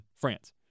france